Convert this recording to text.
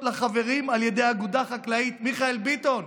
לחברים על ידי אגודה חקלאית" מיכאל ביטון,